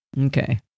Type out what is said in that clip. Okay